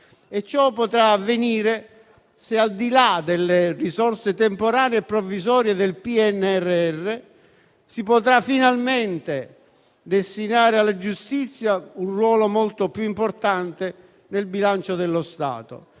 Ciò potrà avvenire se, al di là delle risorse temporanee e provvisorie del PNRR, si potrà finalmente destinare alla giustizia un ruolo molto più importante nel bilancio dello Stato.